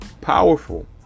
powerful